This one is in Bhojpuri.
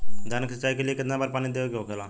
धान की सिंचाई के लिए कितना बार पानी देवल के होखेला?